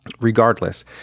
regardless